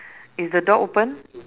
is the door open